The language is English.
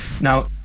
Now